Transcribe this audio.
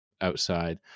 outside